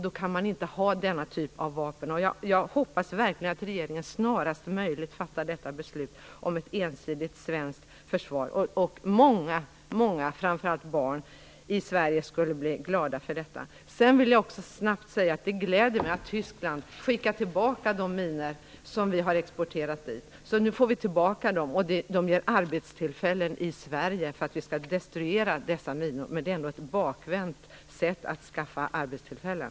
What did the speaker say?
Då kan man inte ha denna typ av vapen. Jag hoppas verkligen att regeringen snarast möjligt fattar detta beslut. Många i Sverige, framför allt barn, skulle bli glada för detta. Jag vill också snabbt säga att det gläder mig att Tyskland har skickat tillbaka de minor som vi har exporterat dit. Nu får vi tillbaka dem, och de ger arbetstillfällen i Sverige, för vi skall destruera dessa minor. Men det är ändå ett bakvänt sätt att skaffa arbetstillfällen.